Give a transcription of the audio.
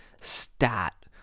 stat